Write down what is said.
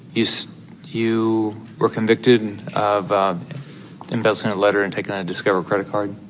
you so you were convicted of embezzling a letter and taking a and discover credit card.